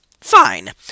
Fine